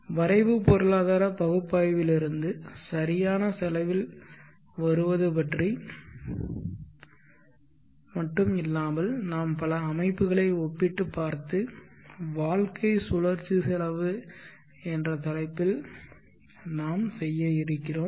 வரைவு பொருளாதார பகுப்பாய்விலிருந்து சரியான செலவில் வருவது பற்றி மட்டும் இல்லாமல் நாம் பல அமைப்புகளை ஒப்பிட்டுப் பார்த்து வாழ்க்கைச் சுழற்சி செலவு என்ற தலைப்பில் நாம் செய்ய இருக்கிறோம்